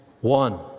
one